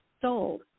sold